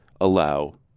allow